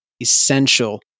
essential